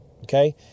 okay